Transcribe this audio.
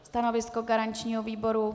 Stanovisko garančního výboru?